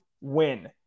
win